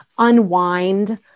unwind